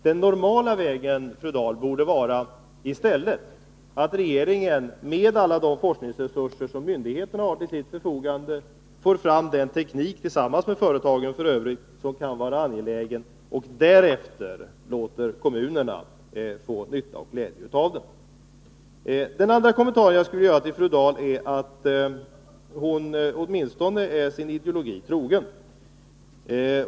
Den normala vägen, fru Dahl, borde i stället vara att regeringen med alla de forskningsresurser som myndigheterna har till sitt förfogande tillsammans med företagen försökte få fram den teknik som är nödvändig för att därefter stimulera kommunerna att dra nytta av den. Den andra kommentaren jag skulle vilja göra till fru Dahls anförande är att hon åtminstone är sin ideologi trogen.